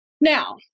Now